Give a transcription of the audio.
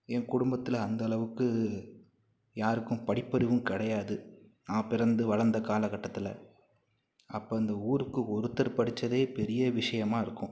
என் குடும்பத்தில் அந்த அளவுக்கு யாருக்கும் படிப்பறிவும் கிடையாது நான் பிறந்து வளர்ந்த காலகட்டத்தில் அப்போ அந்த ஊருக்கு ஒருத்தர் படிச்சதே பெரிய விஷியமாக இருக்கும்